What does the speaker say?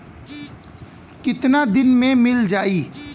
कितना दिन में मील जाई?